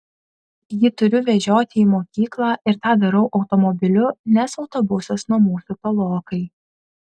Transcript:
jį turiu vežioti į mokyklą ir tą darau automobiliu nes autobusas nuo mūsų tolokai